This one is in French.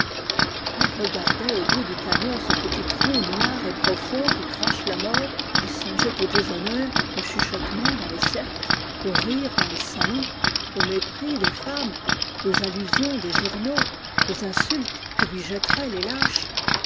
ii regardait au bout du canon ce petit trou noir et profond qui crache la mort il songeait au déshonneur aux chuchotements dans les cercles aux rires dans les salons au mépris des femmes aux allusions des journaux aux insultes que lui jetteraient les lâches